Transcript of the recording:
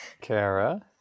Kara